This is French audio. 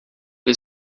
les